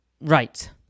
right